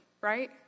right